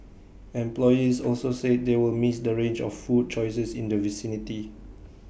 employees also said they will miss the range of food choices in the vicinity